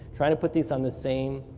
trying to put these on the same